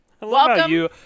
Welcome